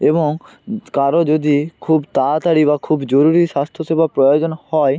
এবং কারো যদি খুব তাড়াতাড়ি বা খুব জরুরি স্বাস্থ্যসেবা প্রয়োজন হয়